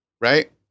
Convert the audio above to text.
right